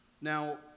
now